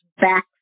back